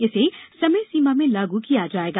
इसे संमय सीमा में लागू किया जायेगा